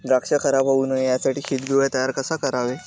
द्राक्ष खराब होऊ नये यासाठी शीतगृह तयार कसे करावे?